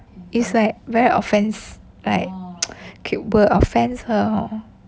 is like very offence like keep will offence her oh